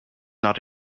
not